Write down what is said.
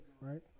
right